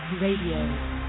Radio